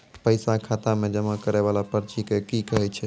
पैसा खाता मे जमा करैय वाला पर्ची के की कहेय छै?